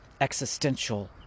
existential